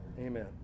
Amen